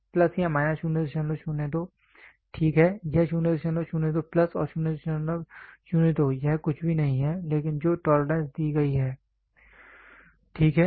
तो प्लस या माइनस 002 ठीक है यह 002 प्लस और 002 यह कुछ भी नहीं है लेकिन जो टॉलरेंस दी गई है ठीक है